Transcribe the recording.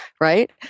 Right